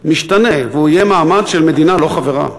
משתנה, והוא יהיה מעמד של מדינה לא חברה.